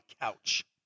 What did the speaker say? couch